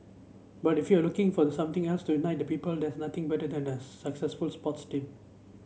but if you're looking for the something has to unite the people there's nothing better than a successful sports team